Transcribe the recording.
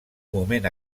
moment